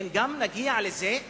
האם גם נגיע לזה?